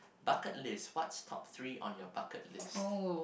bucket list what's top three on your bucket list